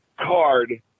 card